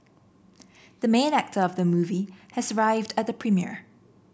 the main actor of the movie has arrived at the premiere